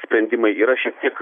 sprendimai yra šiek tiek